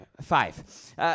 five